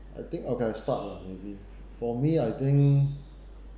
I think I can start lah maybe for me I think